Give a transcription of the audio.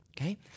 Okay